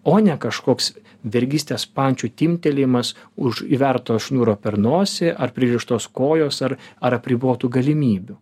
o ne kažkoks vergystės pančių timptelėjimas už įverto šniūro per nosį ar pririštos kojos ar ar apribotų galimybių